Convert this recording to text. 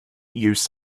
use